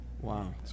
Wow